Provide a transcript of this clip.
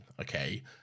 okay